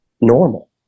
normal